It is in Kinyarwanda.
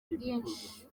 bwinshi